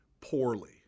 poorly